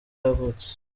yavutse